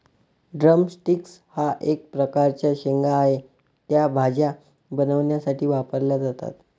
drum sticks हा एक प्रकारचा शेंगा आहे, त्या भाज्या बनवण्यासाठी वापरल्या जातात